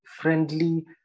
friendly